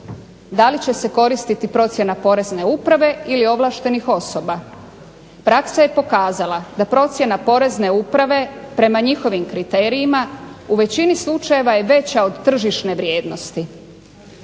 Da li će se koristiti procjena porezne uprave ili ovlaštenih osoba? Praksa je pokazala da procjena porezne uprave prema njihovim kriterijima u većini slučajeva je veća od tržišne vrijednosti.